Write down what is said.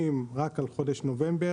באתר רפורמת דרך שווה זה מופיע כולל מע"מ.